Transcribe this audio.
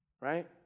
Right